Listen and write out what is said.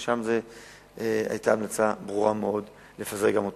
שם היתה המלצה ברורה מאוד להדיח גם אותו.